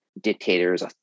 dictators